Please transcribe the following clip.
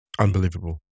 Unbelievable